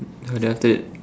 then after that